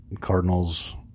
Cardinals